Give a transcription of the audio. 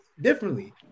differently